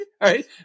right